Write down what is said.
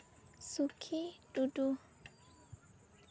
ᱥᱩᱠᱷᱤ ᱴᱩᱰᱩ